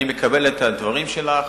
אני מקבל את הדברים שלך,